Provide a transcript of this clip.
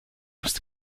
wusste